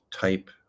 type